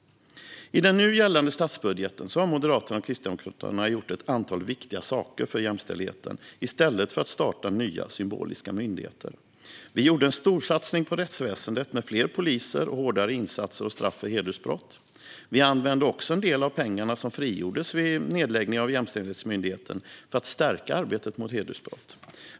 I den nu gällande statsbudgeten har Moderaterna och Kristdemokraterna gjort ett antal viktiga saker för jämställdheten i stället för att starta nya symboliska myndigheter. Vi gjorde en storsatsning på rättsväsendet med fler poliser och hårdare insatser och straff för hedersbrott. Vi använde också en del av pengarna som frigjordes vid nedläggningen av Jämställdhetsmyndigheten för att stärka arbetet mot hedersbrott.